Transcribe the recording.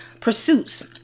Pursuits